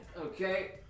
Okay